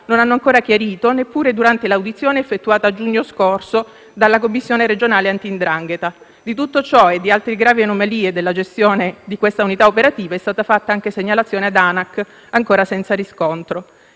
non hanno ancora chiarito neppure durante l'audizione effettuata a giugno scorso dalla commissione regionale contro la 'ndrangheta. Di tutto ciò e di altre gravi anomalie della gestione di questa unità operativa è stata anche fatta segnalazione all'Autorità nazionale